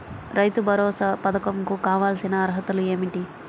రైతు భరోసా పధకం కు కావాల్సిన అర్హతలు ఏమిటి?